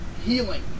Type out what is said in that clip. healing